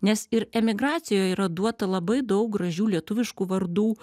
nes ir emigracijoj yra duota labai daug gražių lietuviškų vardų